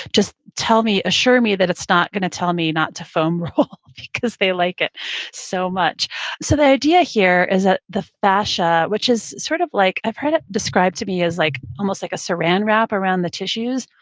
just tell me, assure me that it's not going to tell me not to foam roll, because they like it so much so the idea here is that ah the fascia, which is sort of like, i've heard it described to me like almost like a saran wrap around the tissues.